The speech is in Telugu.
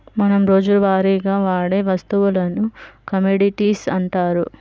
మనం రోజువారీగా వాడే వస్తువులను కమోడిటీస్ అంటారు